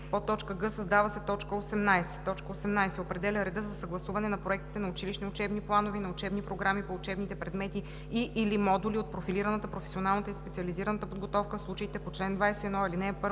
т. 16;“ г) създава се т. 18: „18. определя реда за съгласуване на проектите на училищни учебни планове и на учебни програми по учебните предмети и/или модули от профилираната, професионалната и специализираната подготовка в случаите по чл. 21, ал. 1, т.